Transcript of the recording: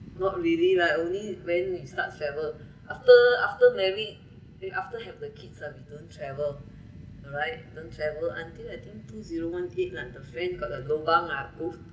not really lah only when we start travel after after married then after have the kids ah we don't travel alright don't travel until I think two zero one eight lah the friend got a lobang ah both